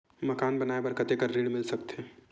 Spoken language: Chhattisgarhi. मकान बनाये बर कतेकन ऋण मिल सकथे?